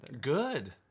Good